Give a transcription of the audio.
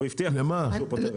הוא הבטיח שהוא פותר את זה.